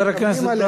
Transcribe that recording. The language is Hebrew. חבר הכנסת,